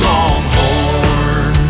Longhorn